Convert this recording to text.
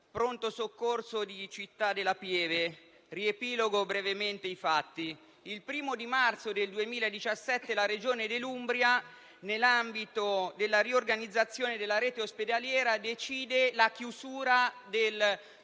pronto soccorso di Città della Pieve. Riepilogo brevemente i fatti. Il 1° marzo 2017 la Regione Umbria, nell'ambito della riorganizzazione della rete ospedaliera, decide la chiusura del